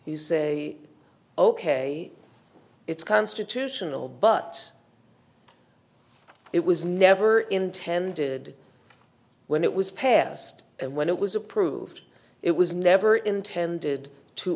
you say ok it's constitutional but it was never intended when it was passed and when it was approved it was never intended to